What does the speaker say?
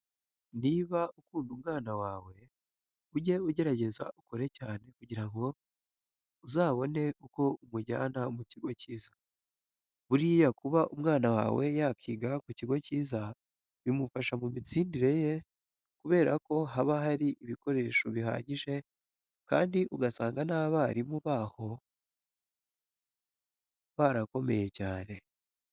Niba ukunda umwana wawe ujye ugerageza ukore cyane kugira ngo uzabone uko umujyana mu kigo cyiza. Buriya kuba umwana wawe yakwiga ku kigo cyiza bimufasha mu mitsindire ye kubera ko haba hari ibikoresho bihagije kandi ugasanga n'abarimu baho barakomeye cyane.